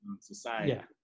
society